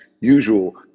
usual